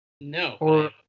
No